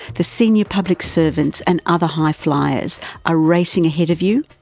the senior public servants and other high flyers are racing ahead of you?